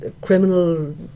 criminal